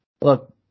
look